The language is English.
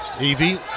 Evie